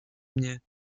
mnie